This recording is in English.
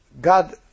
God